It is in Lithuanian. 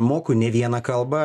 moku ne vieną kalbą